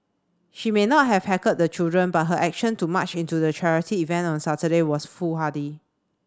she may not have heckled the children but her action to march into the charity event on Saturday was foolhardy